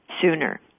sooner